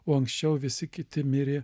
o anksčiau visi kiti mirė